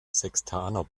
sextaner